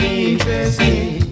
interesting